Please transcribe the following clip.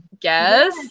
yes